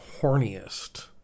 horniest